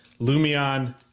Lumion